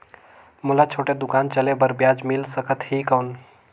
मोला छोटे दुकान चले बर ब्याज मिल सकत ही कौन?